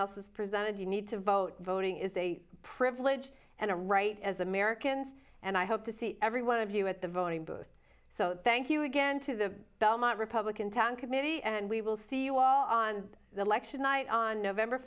has presented you need to vote voting is a privilege and a right as americans and i hope to see every one of you at the voting booth so that you again to the belmont republican town committee and we will see you all on the election night on november